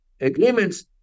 agreements